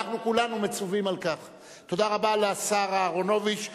תודה רבה לשר אהרונוביץ.